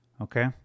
okay